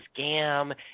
scam